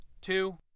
two